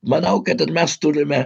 manau kad ir mes turime